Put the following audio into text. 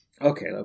okay